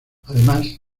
además